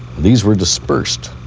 these were dispersed